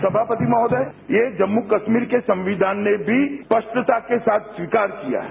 सभापति महोदय ये जम्मू कश्मीर के संविधान ने भी स्पष्टता के साथ स्वीकार किया है